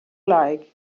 like